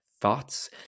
thoughts